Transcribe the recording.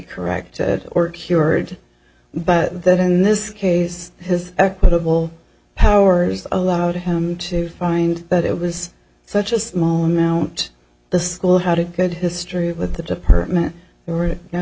corrected or cured but that in this case his equitable powers of allowed him to find that it was such a small amount the school had a good history with the department there were no